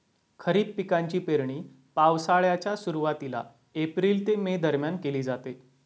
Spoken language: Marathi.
खरीप पिकांची पेरणी पावसाळ्याच्या सुरुवातीला एप्रिल ते मे दरम्यान केली जाते